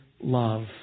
love